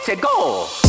go